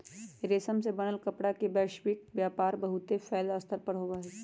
रेशम से बनल कपड़ा के वैश्विक व्यापार बहुत फैल्ल स्तर पर होबा हई